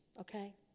okay